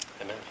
Amen